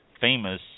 famous